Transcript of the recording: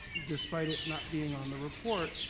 despite it not being on the report,